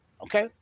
Okay